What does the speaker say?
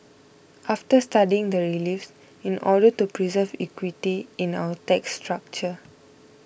after studying the reliefs in order to preserve equity in our tax structure